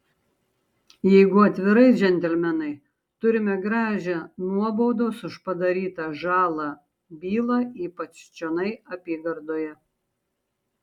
jeigu atvirai džentelmenai turime gražią nuobaudos už padarytą žalą bylą ypač čionai apygardoje